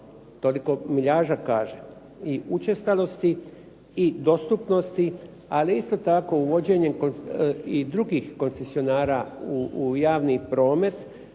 Toliko miljaža kaže. I učestalosti i dostupnosti, ali isto tako uvođenjem i drugih koncesionara u javni promet,